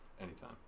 Anytime